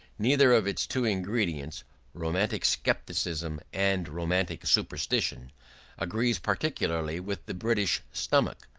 neither of its two ingredients romantic scepticism and romantic superstition agrees particularly with the british stomach.